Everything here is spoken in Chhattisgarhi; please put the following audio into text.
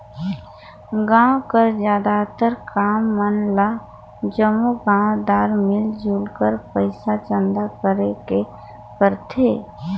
गाँव कर जादातर काम मन ल जम्मो गाँवदार मिलजुल कर पइसा चंदा करके करथे